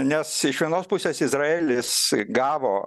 nes iš vienos pusės izraelis gavo